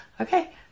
Okay